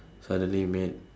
suddenly made